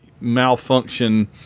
malfunction